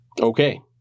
Okay